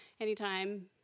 anytime